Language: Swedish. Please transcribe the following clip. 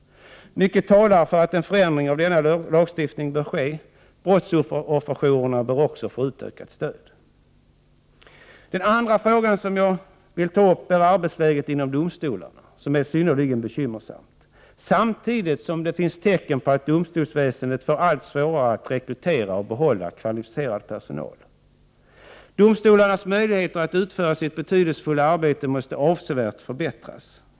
Mycket talar för att en förändring för denna lagstiftning bör ske. Brottsofferjouren bör också få utökat stöd. Den andra frågan som jag vill ta upp gäller arbetsläget inom domstolarna som är synnerligen bekymmersamt. Samtidigt finns det tecken på att domstolsväsendet får allt svårare att rekrytera och behålla kvalificerad personal. Domstolarnas möjligheter att utföra sitt betydelsefulla arbete måste avsevärt förbättras.